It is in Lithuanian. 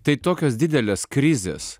tai tokios didelės krizės